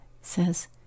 says